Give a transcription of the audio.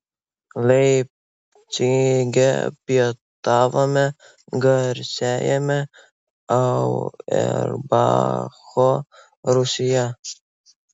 leipcige pietavome garsiajame auerbacho rūsyje